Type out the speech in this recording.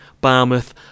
Barmouth